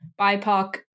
BIPOC